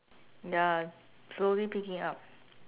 ya slowly picking up